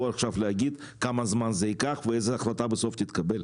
עכשיו להגיד כמה זמן זה ייקח ואיזו החלטה בסוף תתקבל?